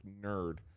nerd